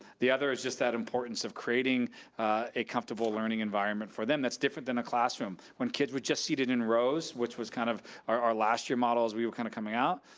the other is just that importance of creating a comfortable learning environment for them. that's different from a classroom. when kids were just seated in rows, which was kind of our our last year model as we were kind of coming out,